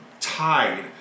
tied